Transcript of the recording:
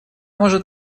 может